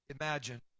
imagine